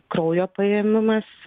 kraujo paėmimas